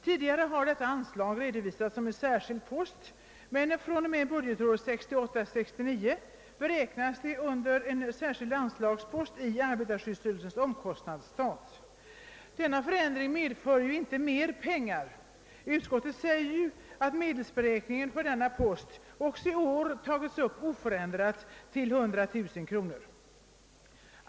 Tidigare har detta anslag redovisats som en särskild post men från och med budgetåret 1968/69 beräknas det under en särskild anslagspost i arbetarskyddsstyrelsens omkostnadsstat. Denna förändring medför inte mer pengar. Utskottet säger att medelsberäkningen för denna post också i år tagits upp till oförändrat 100 000 kronor.